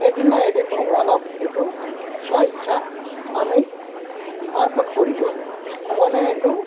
এদিন নহয় এদিন ভগৱানক এইটো স্বইচ্ছা আমি অৰ্পণ কৰি দিওঁ ভগৱানে এইটো